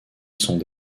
sont